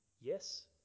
yes